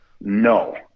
No